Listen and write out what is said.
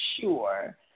sure